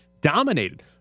Dominated